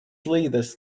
leaders